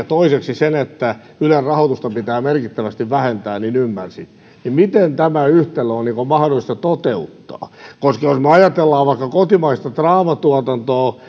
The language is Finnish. toiseksi sen että ylen rahoitusta pitää merkittävästi vähentää niin ymmärsin niin miten tämä yhtälö on mahdollista toteuttaa koska jos me ajattelemme vaikka kotimaista draamatuotantoa